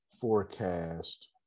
forecast